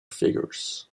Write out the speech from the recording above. figures